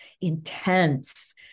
intense